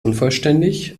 unvollständig